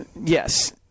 Yes